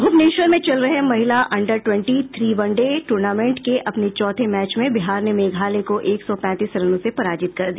भुवनेश्वर में चल रहे महिला under twenty three one day tournament के अपने चौथे मैच में बिहार ने मेघालय को एक सौ पैंतीस रनों से पराजित कर दिया